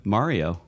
Mario